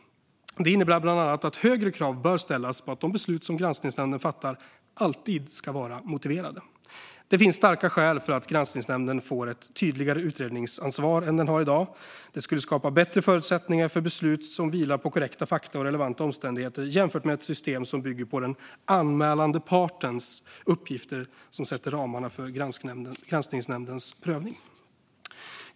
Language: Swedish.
Det innebär bland annat att högre krav bör ställas på att de beslut som granskningsnämnden fattar alltid ska vara motiverade. Det finns starka skäl att ge granskningsnämnden ett tydligare utredningsansvar än den har i dag. Det skulle skapa bättre förutsättningar för beslut som vilar på korrekta fakta och relevanta omständigheter jämfört med ett system som bygger på att den anmälande partens uppgifter sätter ramen för granskningsnämndens prövning.